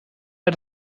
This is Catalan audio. era